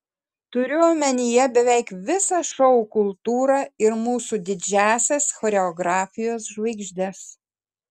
turiu omenyje beveik visą šou kultūrą ir mūsų didžiąsias choreografijos žvaigždes